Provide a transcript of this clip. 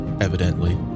evidently